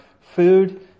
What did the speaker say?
food